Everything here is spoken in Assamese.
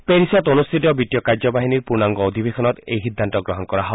পেৰিছত অনুষ্ঠিত বিত্তীয় কাৰ্য্যবাহিনীৰ পূৰ্ণাঙ্গ অধিৱেশনত এই সিদ্ধান্ত গ্ৰহণ কৰা হয়